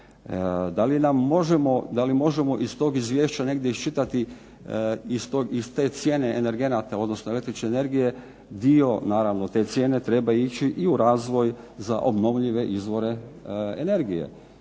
DA li možemo iz tog izvješća možemo iščitati, iz te cijene energenata ili električne energije dio te cijene treba ići u razvoj za obnovljive izvore energije.